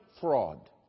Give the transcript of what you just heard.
fraud